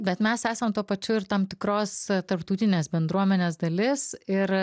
bet mes esam tuo pačiu ir tam tikros tarptautinės bendruomenės dalis ir